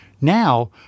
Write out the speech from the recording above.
Now